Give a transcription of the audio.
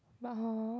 but hor